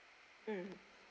mm